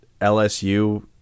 lsu